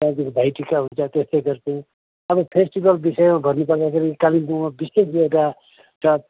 दाजुहरू भाइटिका हुन्छ त्यस्तै गर्छौँ अब फेस्टिबल विषयमा भन्नु पर्दाखेरि कालिम्पोङमा विशेष गरेर एउटा